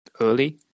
early